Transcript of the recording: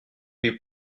pis